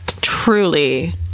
truly